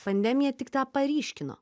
pandemija tik tą paryškino